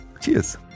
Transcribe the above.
Cheers